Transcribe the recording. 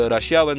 Russia